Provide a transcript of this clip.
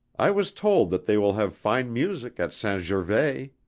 i was told that they will have fine music at saint gervais!